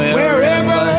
wherever